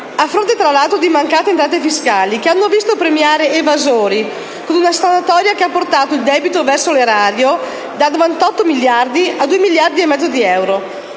a fronte tra l'altro di mancate entrate fiscali che hanno visto premiare evasori, con una sanatoria che ha portato il debito verso l'erario da 98 miliardi a 2,5 miliardi di euro;